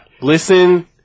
Listen